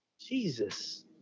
jesus